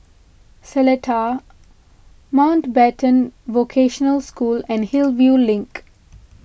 Seletar Mountbatten Vocational School and Hillview Link